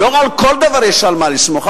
לא בכל דבר יש על מי לסמוך,